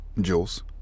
Jules